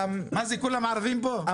כולם ערבים פה?